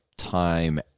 Time